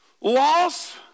loss